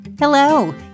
Hello